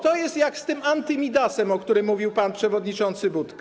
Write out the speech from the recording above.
To jest jak z tym anty-Midasem, o którym mówił pan przewodniczący Budka.